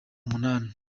umunani